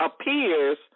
appears